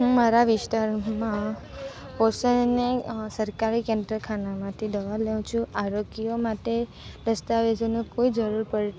હું મારા વિસ્તારમાં પોસાય નહીં સરકારી કેન્દ્ર ખાનામાંથી દવા લઉં છું આરોગ્ય માટે દસ્તાવેજોનો કોઈ જરૂર પડ